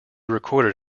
recorded